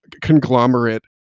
conglomerate